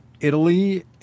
Italy